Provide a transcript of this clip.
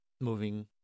moving